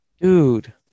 Dude